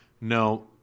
No